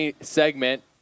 segment